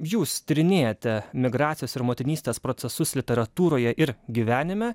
jūs tyrinėjate migracijos ir motinystės procesus literatūroje ir gyvenime